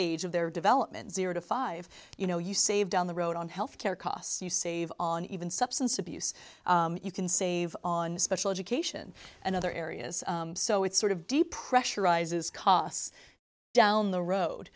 age of their development zero to five you know you save down the road on health care costs you save on even substance abuse you can save on special education and other areas so it's sort of de pressurizes costs down the